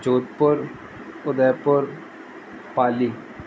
Jodhpur Udaipur Pali